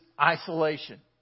isolation